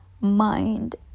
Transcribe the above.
mind